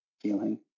feeling